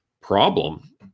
problem